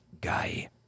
Guy